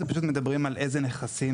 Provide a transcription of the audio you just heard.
פשוט מדברים על איזה נכסים,